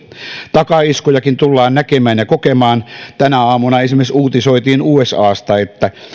takaiskujakin tullaan näkemään ja kokemaan tänä aamuna esimerkiksi uutisoitiin usasta että